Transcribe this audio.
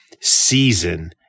season